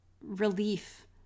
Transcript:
relief